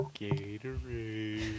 Gatorade